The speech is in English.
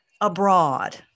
abroad